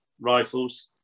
rifles